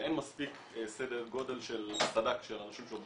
שאין מספיק סדר גודל של סד"כ של אנשים שעובדים שם לטפל בזה.